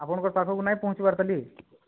ଆପଣଙ୍କ ପାଖକୁ ନାହିଁ ପହଞ୍ଚିବାର୍ କାଲି